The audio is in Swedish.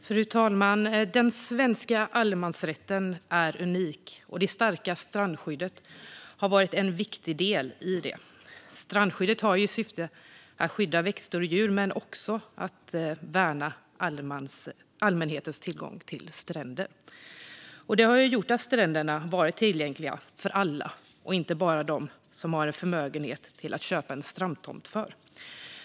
Fru talman! Den svenska allemansrätten är unik, och det starka strandskyddet har varit en viktig del i det. Strandskyddet har till syfte att skydda växter och djur men också att värna allmänhetens tillgång till stränder. Det har gjort att stränderna har varit tillgängliga för alla och inte bara för dem som har en förmögenhet att köpa en strandtomt för.